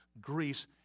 Greece